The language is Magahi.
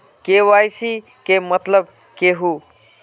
के.वाई.सी के मतलब केहू?